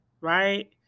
Right